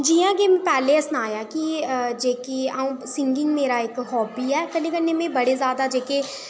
जि'यां की पैह्लें गै सनाया की जेह्की अं'ऊ सिंगिंग मेरा इक्क हॉबी ऐ कन्नै कन्नै में बड़े ज़ादा जेह्के